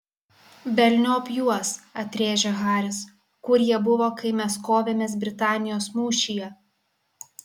velniop juos atrėžė haris kur jie buvo kai mes kovėmės britanijos mūšyje